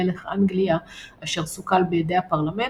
מלך אנגליה אשר סוכל בידי הפרלמנט,